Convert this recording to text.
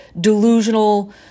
delusional